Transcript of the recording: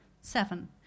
seven